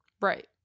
right